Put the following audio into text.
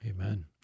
Amen